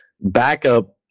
backup